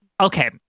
Okay